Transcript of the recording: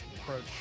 approach